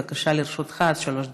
בבקשה, לרשותך עד שלוש דקות.